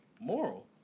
moral